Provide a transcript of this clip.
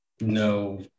no